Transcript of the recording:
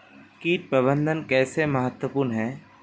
कीट प्रबंधन कैसे महत्वपूर्ण है?